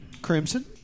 Crimson